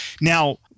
Now